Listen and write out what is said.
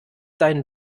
deinen